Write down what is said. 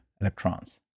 electrons